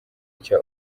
nshya